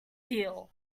deal